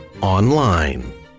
online